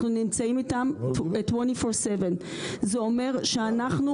אנחנו נמצאים איתם 24/7. זה אומר שאנחנו